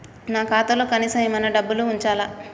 నా ఖాతాలో కనీసం ఏమన్నా డబ్బులు ఉంచాలా?